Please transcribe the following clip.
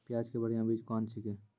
प्याज के बढ़िया बीज कौन छिकै?